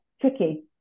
tricky